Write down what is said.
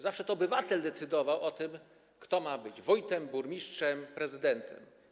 Zawsze to obywatel decydował o tym, kto ma być wójtem, burmistrzem, prezydentem.